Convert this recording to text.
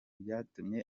byatumye